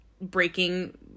breaking